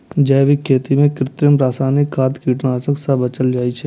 जैविक खेती मे कृत्रिम, रासायनिक खाद, कीटनाशक सं बचल जाइ छै